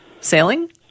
Sailing